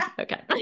okay